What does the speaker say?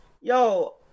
yo